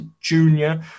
junior